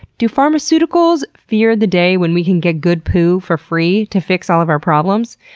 do pharmaceuticals fear the day when we can get good poo for free to fix all of our problems?